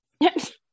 Yes